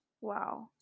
Wow